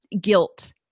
guilt